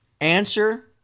Answer